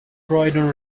croydon